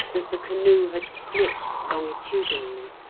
that the canoe had split longitudinally